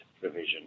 provision